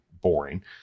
boring